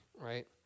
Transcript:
right